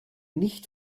nicht